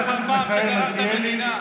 המדינה.